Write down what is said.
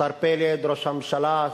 השר פלד, ראש הממשלה,